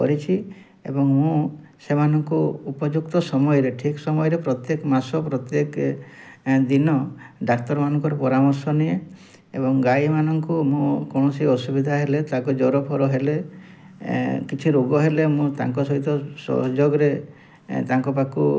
କରିଛି ଏବଂ ମୁଁ ସେମାନଙ୍କୁ ଉପଯୁକ୍ତ ସମୟରେ ଠିକ ସମୟରେ ପ୍ରତ୍ୟେକ ମାସ ପ୍ରତ୍ୟେକ ଦିନ ଡାକ୍ତରମାନଙ୍କର ପରାମର୍ଶ ନିଏ ଏବଂ ଗାଈମାନଙ୍କୁ ମୁଁ କୌଣସି ଅସୁବିଧା ହେଲେ ତାକୁ ଜର ଫର ହେଲେ କିଛି ରୋଗ ହେଲେ ମୁଁ ତାଙ୍କ ସହିତ ସହଯୋଗରେ ତାଙ୍କ ପାଖକୁ